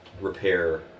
repair